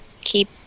keep